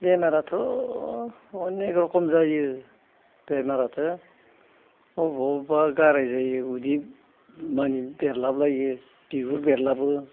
बेमाराथ' अनेख रकम जायो बेमाराथ' अबेबा अबेबा गाराय जायो उदै माने बेरलाब लायो बिगुर बेरलाबो